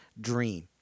dream